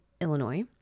Illinois